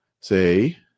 say